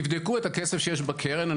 תבדקו את הכסף שיש בקרן.